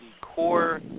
core